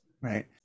Right